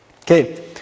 Okay